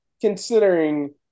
considering